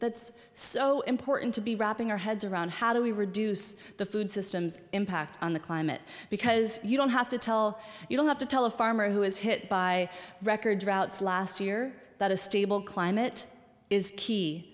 that's so important to be wrapping our heads around how do we reduce the food systems impact on the climate because you don't have to tell you don't have to tell a farmer who was hit by record droughts last year that a stable climate is key